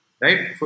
right